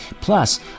plus